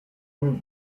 with